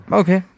okay